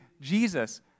Jesus